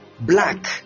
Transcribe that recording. black